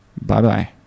Bye-bye